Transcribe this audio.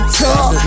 talk